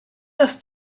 das